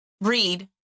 Read